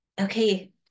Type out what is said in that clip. Okay